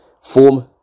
form